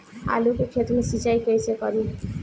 आलू के खेत मे सिचाई कइसे करीं?